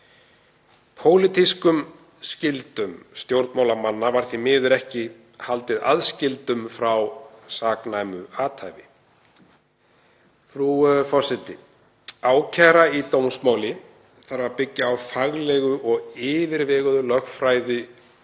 Pólitískum skyldum stjórnmálamanna var því miður ekki haldið aðskildum frá saknæmu athæfi. Frú forseti. Ákæra í dómsmáli þarf að byggja á faglegu og yfirveguðu lögfræðilegu